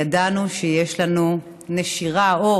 ידענו שיש לנו נשירה או